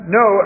no